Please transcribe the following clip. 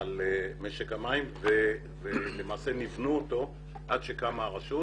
על משק המים ולמעשה ניוונו אותו עד שקמה הרשות